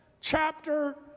chapter